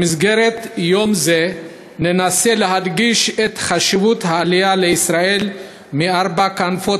במסגרת יום זה ננסה להדגיש את חשיבות העלייה לישראל מארבע כנפות